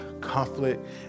Conflict